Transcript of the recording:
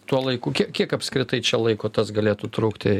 tuo laiku kie kiek apskritai čia laiko tas galėtų trukti